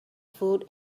food